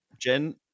Jen